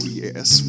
yes